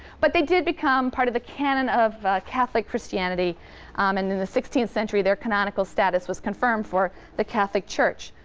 but they did become part of the canon of catholic christianity and in the sixteenth century, their canonical status was confirmed for the catholic church.